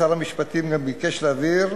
שר המשפטים גם ביקש להבהיר,